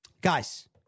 Guys